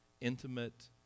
intimate